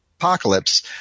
apocalypse